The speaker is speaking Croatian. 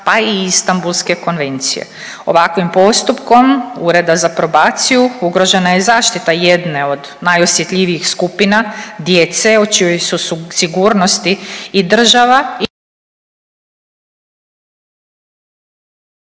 pa i Istambulske konvencije. Ovakvim postupkom Ureda za probaciju ugrožena je zaštita jedne od najosjetljivijih skupina djece o čijoj su sigurnosti i država